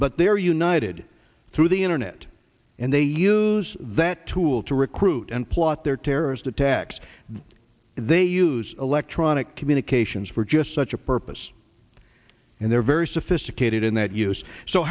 but they're united through the internet and they use that tool to recruit and plot their terrorist attacks they use electronic communications for just such a purpose and they're very sophisticated in that use so